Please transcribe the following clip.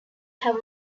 have